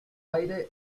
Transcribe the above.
aire